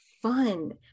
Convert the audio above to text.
fun